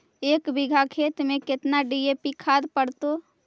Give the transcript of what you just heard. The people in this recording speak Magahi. एक बिघा खेत में केतना डी.ए.पी खाद पड़तै?